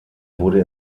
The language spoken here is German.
wurde